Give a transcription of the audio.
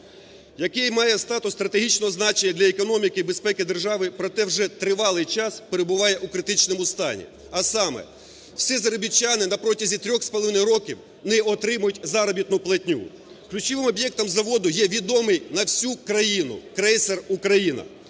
який має статус стратегічного значення для економіки і безпеки держави, проте вже тривалий час перебуває у критичному стані. А саме, всі заробітчани на протязі 3,5 років не отримають заробітну платню. Ключовим об'єктом заводу є відомий на всю країну крейсер "Україна",